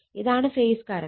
ഇതാണ് phase current